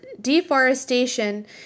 deforestation